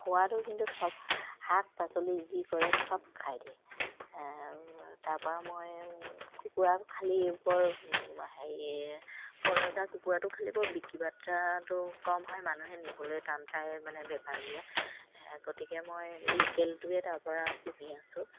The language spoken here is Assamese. খোৱাটো কিন্তু চব শাক পাচলি যি কৰে চব খাই দিয়ে তাৰপৰা মই কুকুৰা খালী বৰ হেৰি বনজাৰ কুকুৰাটো খালী বৰ বিকী বাত্ৰটো কম হয় মানুহে নিবলৈ টান পাই মানে বেপাৰীয়ে গতিকে মই লোকেলটোৱে তাৰ পৰা পুহি আছোঁ